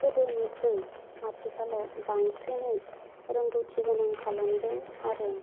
गोदोनिख्रुइ आथिखालाव बांसिनै रोंगौथिगोनां खालामदों आरो